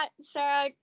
Sarah